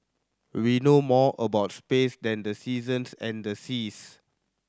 we know more about space than the seasons and the seas